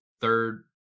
third